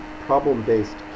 problem-based